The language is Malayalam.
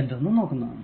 എന്തെന്നും നോക്കുന്നതാണ്